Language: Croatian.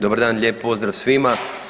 Dobar dan, lijep pozdrav svima.